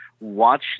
watch